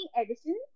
edition